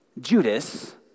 Judas